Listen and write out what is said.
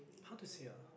how to say ah